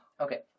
Okay